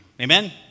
Amen